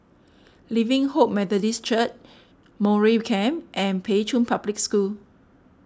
Living Hope Methodist Church Mowbray Camp and Pei Chun Public School